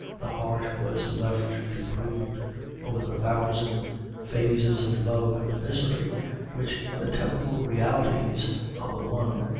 the heart was left to brood over the thousand phases of love and misery which the terrible realities of the one,